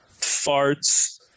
farts